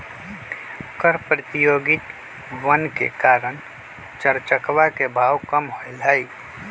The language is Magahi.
कर प्रतियोगितवन के कारण चर चकवा के भाव कम होलय है